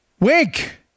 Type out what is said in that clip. wink